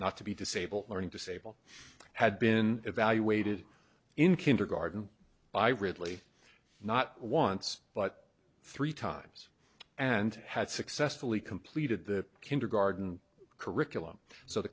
not to be disabled learning disabled had been evaluated in kindergarden by ridley not once but three times and had successfully completed the kindergarden curriculum so the